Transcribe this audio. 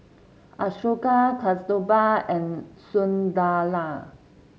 Ashoka Kasturba and Sunderlal